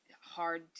hard